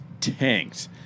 tanked